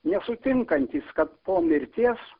nesutinkantis kad po mirties